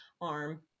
arm